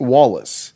Wallace